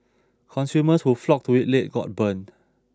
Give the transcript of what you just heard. consumers who flocked to it late got burned